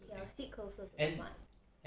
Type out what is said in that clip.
okay I will sit closer to the mic